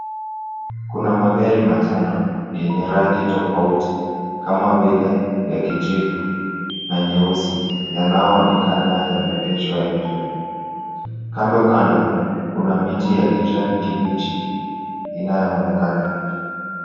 Kuna magari matano yenye rangi tofauti kama vile ya kijivu na nyeusi yanaoonekana yameegeshwa nje. Kando kando, kuna miti ya kijani kibichi inayoonekana.